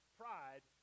pride